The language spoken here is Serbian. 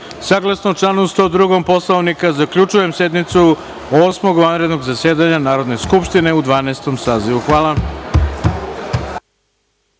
saglasno članu 102. Poslovnika, zaključujem sednicu Osmog vanrednog zasedanja Narodne Skupštine u Dvanaestom sazivu. Hvala.